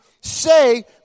say